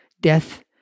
death